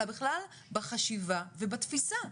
אלא בכלל בחשיבה ובתפיסה.